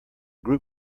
group